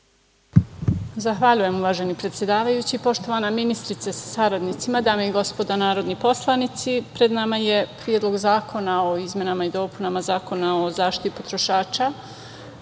Zahvaljujem uvaženi predsedavajući. Poštovana ministarko sa saradnicima, dame i gospodo narodni poslanici, pred nama je Predlog zakona o izmenama i dopunama Zakona o zaštiti potrošača.